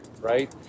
right